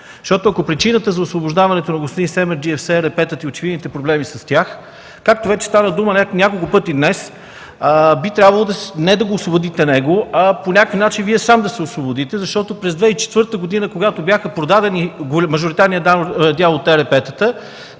му? Ако причината за освобождаването на господин Семерджиев са ЕРП-тата и очевидните проблеми с тях, както вече стана дума няколко пъти днес, би трябвало не да освободите него, а по някакъв начин Вие сам да се освободите. През 2004 г., когато беше продаден мажоритарният дял от ЕРП-тата,